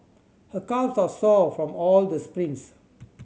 her calves are sore from all the sprints